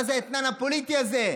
מה זה האתנן הפוליטי הזה?